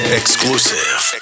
exclusive